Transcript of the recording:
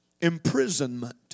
imprisonment